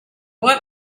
want